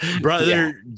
Brother